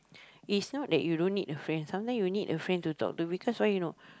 is not that you don't need a friend some time you need a friend to talk to because why you know